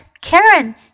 Karen